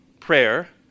Prayer